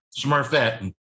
Smurfette